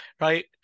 right